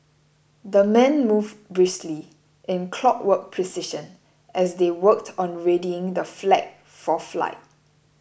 the men moved briskly in clockwork precision as they worked on readying the flag for flight